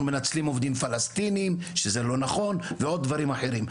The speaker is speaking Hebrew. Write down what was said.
מנצלים עובדים פלסטינאים שזה לא נכון ועוד דברים אחרים,